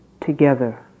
together